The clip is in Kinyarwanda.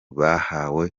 bahawe